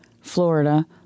Florida